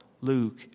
Luke